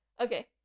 Okay